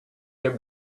their